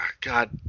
God